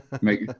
make